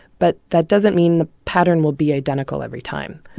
but that doesn't mean the pattern will be identical every time.